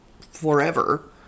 forever